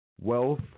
Wealth